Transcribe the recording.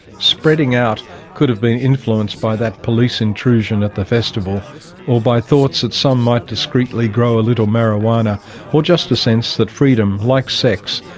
spreading out could have been influenced by that police intrusion at the festival or by thoughts that some might discreetly grow a little marihuana or just a sense that freedom, like sex,